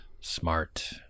Smart